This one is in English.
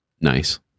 Nice